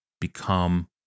become